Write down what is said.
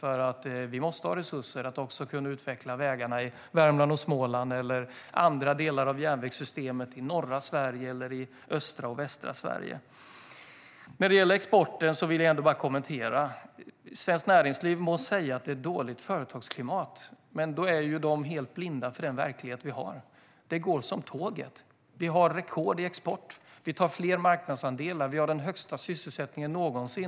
Vi måste nämligen ha resurser att också kunna utveckla vägarna i Värmland och Småland eller andra delar av järnvägssystemet i norra Sverige eller i östra och västra Sverige. Jag har också några kommentarer vad gäller exporten. Svenskt Näringsliv må säga att företagsklimatet är dåligt, men då är de helt blinda för verkligheten. Det går som tåget. Vi har rekord i export. Vi tar fler marknadsandelar. Vi har den högsta sysselsättningen någonsin.